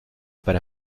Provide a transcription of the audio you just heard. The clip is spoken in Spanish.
para